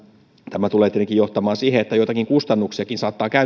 tämä tulee tietenkin johtamaan siihen että joitakin kustannuksiakin saattaa